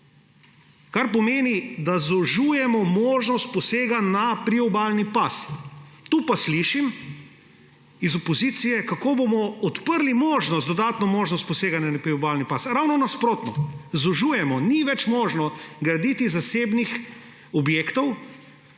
kar pomeni, da zožujemo možnost posega na priobalni pas. Tu pa slišim iz opozicije, kako bomo odprli možnost, dodatno možnost poseganja v priobalni pas. Ravno nasprotno. Zožujemo, ni več možno graditi zasebnih objektov